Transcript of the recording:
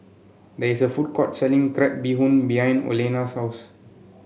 there is a food court selling Crab Bee Hoon behind Olena's souse